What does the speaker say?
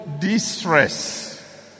distress